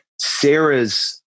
Sarah's